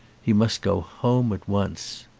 he must go home at once.